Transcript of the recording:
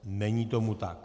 Není tomu tak.